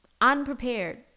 unprepared